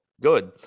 good